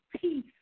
peace